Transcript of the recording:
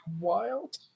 wild